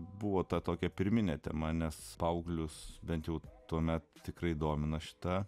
buvo ta tokia pirminė tema nes paauglius bent jau tuomet tikrai domina šita